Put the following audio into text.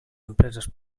empreses